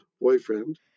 boyfriend